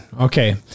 Okay